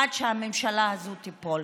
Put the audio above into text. עד שהממשלה הזאת תיפול.